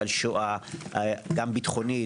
על שואה גם ביטחונית,